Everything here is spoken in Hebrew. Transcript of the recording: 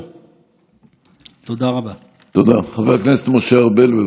אבל אני רוצה להגיד לך, יש זמן לכל דבר